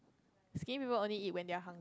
skinny people only eat when they are hungry